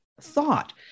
thought